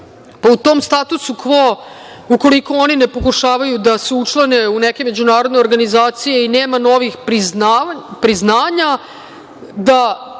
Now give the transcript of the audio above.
pa u tom statusu kvo, ukoliko oni ne pokušavaju da se učlane u neke međunarodne organizacije i nema novih priznanja, da